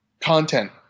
content –